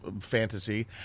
fantasy